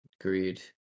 Agreed